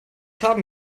haben